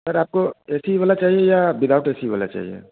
sir आपको A C वाला चाहिए या बिदआउट ए सी वाला चाहिए